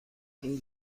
این